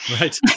Right